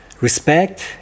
respect